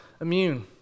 immune